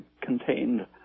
contained